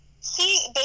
see